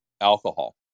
Alcohol